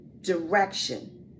direction